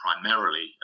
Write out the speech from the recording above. primarily